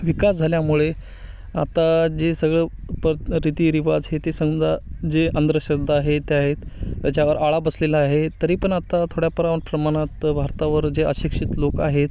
विकास झाल्यामुळे आता जे सगळं पर रीती रिवाज हे ते समजा जे अंधश्रद्धा आहेत ते आहेत त्याच्यावर आळा बसलेला आहे तरी पण आत्ता थोड्याप्रर प्रमाणात भारतावर जे अशिक्षित लोक आहेत